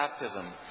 baptism